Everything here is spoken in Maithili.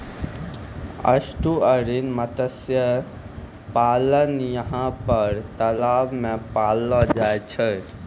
एस्टुअरिन मत्स्य पालन यहाँ पर तलाव मे पाललो जाय छै